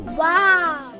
wow